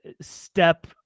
Step